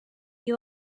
you